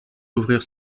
ouvrir